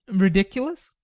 ridiculous?